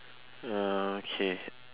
ah okay